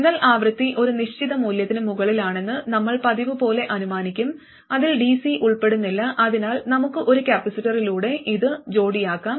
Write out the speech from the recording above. signal ആവൃത്തി ഒരു നിശ്ചിത മൂല്യത്തിന് മുകളിലാണെന്ന് നമ്മൾ പതിവുപോലെ അനുമാനിക്കും അതിൽ dc ഉൾപ്പെടുന്നില്ല അതിനാൽ നമുക്ക് ഒരു കപ്പാസിറ്ററിലൂടെ ഇത് ജോടിയാക്കാം